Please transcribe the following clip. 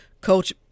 coach